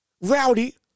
rowdy